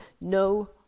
no